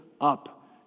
up